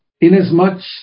Inasmuch